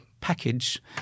package